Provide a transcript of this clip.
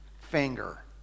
Finger